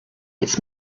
its